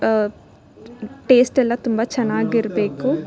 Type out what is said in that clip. taste ಎಲ್ಲ ತುಂಬ ಚೆನ್ನಾಗಿರ್ಬೇಕು